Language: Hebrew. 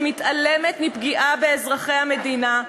המתעלמת מפגיעה באזרחי המדינה,